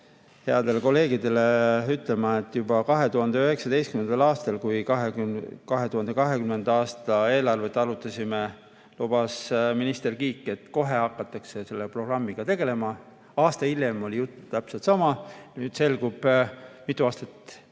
headele kolleegidele ütlema, et juba 2019. aastal, kui me 2020. aasta eelarvet arutasime, lubas minister Kiik, et kohe hakatakse selle programmiga tegelema. Aasta hiljem oli jutt täpselt sama. Nüüd, kui mitu aastat